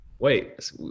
wait